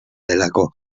delako